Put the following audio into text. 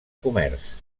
comerç